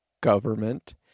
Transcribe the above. government